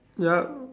yup